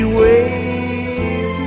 ways